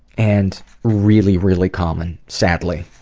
and really, really common sadly.